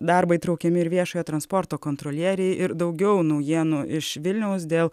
darbą įtraukiami ir viešojo transporto kontrolieriai ir daugiau naujienų iš vilniaus dėl